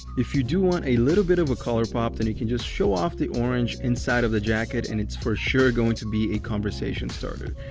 if you do want a little bit of a color pop, then you can just show off the orange inside of the jacket, and it's for sure going to be a conversation starter.